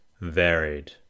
varied